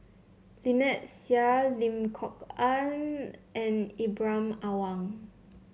Lynnette Seah Lim Kok Ann and Ibrahim Awang